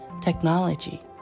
technology